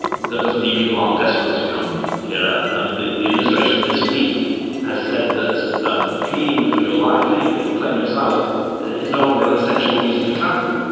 that doesn't mean people are desperate to come here. i mean, the the administration this week has said that um fleeing for your life, fleeing and claiming asylum is no longer an essential reason to travel.